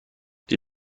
die